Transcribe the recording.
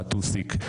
בטוסיק,